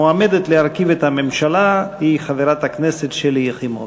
המועמדת להרכיב את הממשלה היא חברת הכנסת שלי יחימוביץ.